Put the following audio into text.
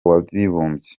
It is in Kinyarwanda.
w’abibumbye